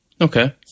Okay